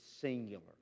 singular